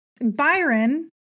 byron